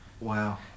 Wow